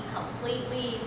completely